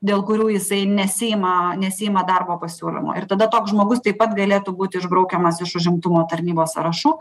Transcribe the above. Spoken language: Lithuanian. dėl kurių jisai nesiima nesiima darbo pasiūlymo ir tada toks žmogus taip pat galėtų būt išbraukiamas iš užimtumo tarnybos sąrašų